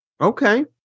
Okay